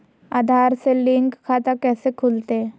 आधार से लिंक खाता कैसे खुलते?